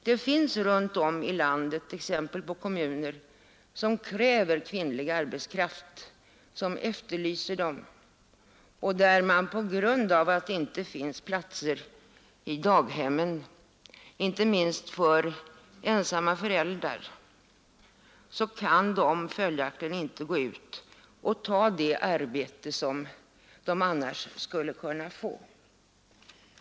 Det finns runt om i landet exempel på kommuner som kräver kvinnlig arbetskraft och som efterlyser kvinnor men där kvinnorna inte kan gå ut och ta det arbete som de annars skulle kunna få på grund av att det inte finns platser på daghem.